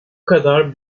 kadar